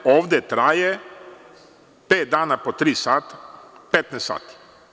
Ovde traje pet dana po tri sata, 15 sati.